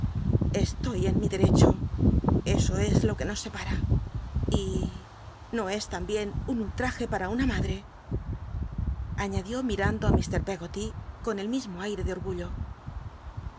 estoy en mi derecho eso es lo que nos separa y no es tambien un ultraje pam una mad re aiíadió mirando á ir peggoty co n el mismo aii'c de otgnllo